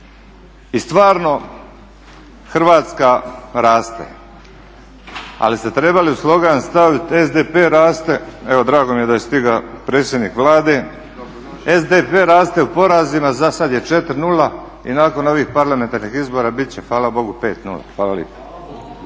I stvarno Hrvatska raste, ali ste trebali u slogan staviti SDP raste, evo drago mi je da je stigao predsjednik Vlade, SDP raste u porazima za sada je 4:0 i nakon ovih parlamentarnih izbora bit će fala Bogu 5:0. Hvala lijepo.